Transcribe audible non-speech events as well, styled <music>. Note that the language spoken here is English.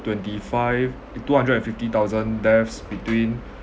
twenty five uh two hundred and fifty thousand deaths between <breath>